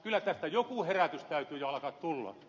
kyllä tästä joku herätys täytyy jo alkaa tulla